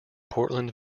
portland